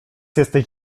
jesteś